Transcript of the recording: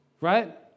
Right